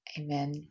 Amen